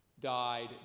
died